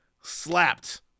Slapped